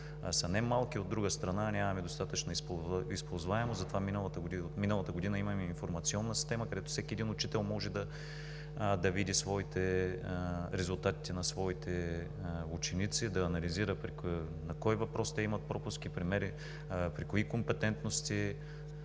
са немалки, от друга страна, нямаме достатъчно използваемост, затова от миналата година имаме информационна система, където всеки един учител може да види резултатите на своите ученици, да анализира на кой въпрос те имат пропуски, по отношение на кои компетентности